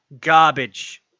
garbage